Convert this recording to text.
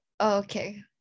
Okay